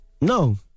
No